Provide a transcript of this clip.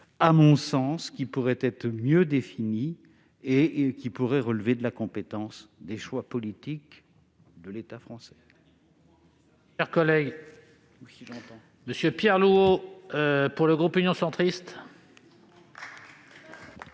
à mon sens, pourrait être mieux définie et relever de la compétence et des choix politiques de l'État français.